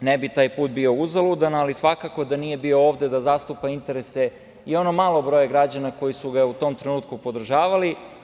ne bi taj put bio uzaludan, ali svakako da nije bio ovde da zastupa interese i ono malo broja građana koji su ga u tom trenutku podržavali.